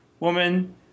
Woman